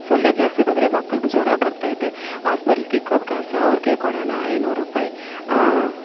ಸೊಳ್ಳೆ ಜಾಸ್ತಿ ಬಂದ್ರೆ ಮಕ್ಳಿಗೆ ಜ್ವರ ಬರ್ತೈತೆ ಆಸ್ಪೆಟ್ಲ್ಗೆ ಇಕ್ಕೊದು ಕಾಸು ಅವ್ರಿಗೇ ಕೊಡೋಣ ಐನೂರ್ರುಪಾಯಿ ಆಂ